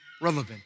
relevant